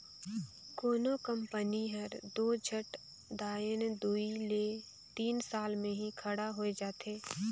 कोनो कंपनी हर दो झट दाएन दुई ले तीन साल में ही खड़ा होए जाथे